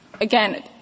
again